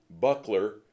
buckler